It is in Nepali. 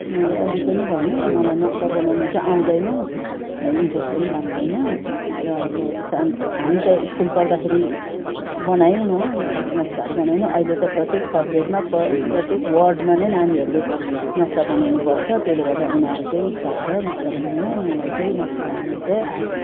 मैले अघि पनि भनेँ मलाई नक्सा बनाउन चाहिँ आउँदैन इन्टरेस्ट पनि लाग्दैन र अब हामी त स्कुल पढ्दाखेरि बनाएनौँ नक्साहरू बनाएनौँ अहिले त प्रत्येक सब्जेक्टमा प्रत्येक वर्डमा नै नानीहरूले नक्सा बनाउनु पर्छ त्यसले गर्दा उनीहरू चाहिँ सक्छ नक्सा बनाउन मलाई चाहिँ नक्सा बनाउन चाहिँ आएन